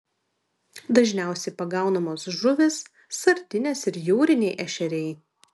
dažniausiai pagaunamos žuvys sardinės ir jūriniai ešeriai